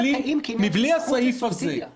מבלי הסעיף הזה,